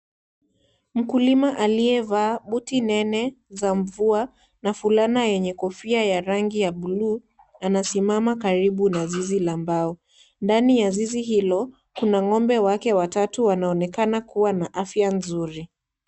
Mkulima aliyevaa buti nene za mvua na fulana yenye kofia ya rangi ya buluu anasimama karibu na zizi la mbao, ndani ya zizi hilo kuna ng'ombe wake watatu wanaonekana kuwa na afya nzuri.